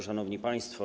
Szanowni Państwo!